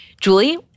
Julie